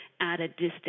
at-a-distance